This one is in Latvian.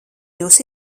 jūsu